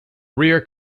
rear